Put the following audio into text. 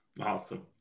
Awesome